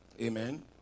Amen